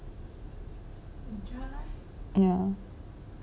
ya